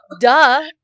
Duh